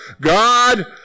God